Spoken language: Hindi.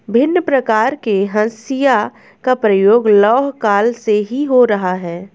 भिन्न प्रकार के हंसिया का प्रयोग लौह काल से ही हो रहा है